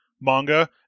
manga